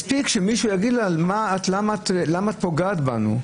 מספיק שמישהו יגיד להן: למה אתן פוגעות בנו?